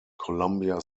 columbia